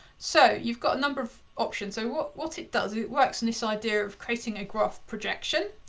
so you've got a number of options, so what it does, it works in this idea of creating a graph projection.